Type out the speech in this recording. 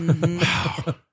Wow